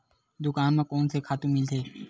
दुकान म कोन से खातु मिलथे?